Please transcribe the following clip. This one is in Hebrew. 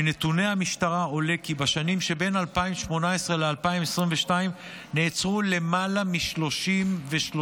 מנתוני המשטרה עולה כי בשנים שבין 2018 ל-2022 נעצרו למעלה מ-33,000